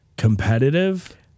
competitive